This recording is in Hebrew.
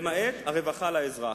למעט הרווחה של האזרח,